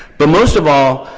but most of all,